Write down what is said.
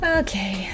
okay